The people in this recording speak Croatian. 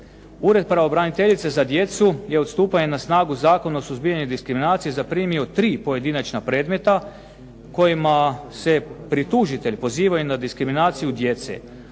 Ured pravobraniteljice za djecu je od stupanja na snagu Zakona o suzbijanju diskriminacije zaprimio tri pojedinačna predmeta kojima se pri tužitelj pozivaju na diskriminaciju djece.